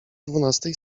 dwunastej